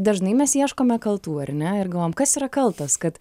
dažnai mes ieškome kaltų ar ne ir galvojam kas yra kaltas kad